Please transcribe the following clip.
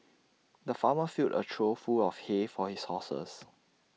the farmer filled A trough full of hay for his horses